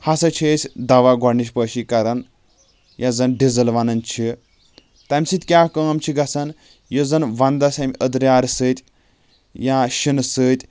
ہسا چھِ أسۍ دوا گۄڈٕنِچ پٲشی کران یَتھ زَن ڈِزٕل وَنان چھِ تمہِ سۭتۍ کیاہ کٲم چھِ گژھان یُس زَن وَنٛدس امہِ أدرِیارٕ سۭتۍ یا شیٖنہٕ سۭتۍ